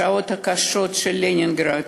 בשעות הקשות של לנינגרד